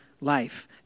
life